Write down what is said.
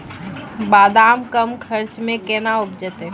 बादाम कम खर्च मे कैना उपजते?